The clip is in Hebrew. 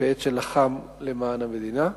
בעת שלחם למען המדינה.